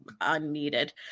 unneeded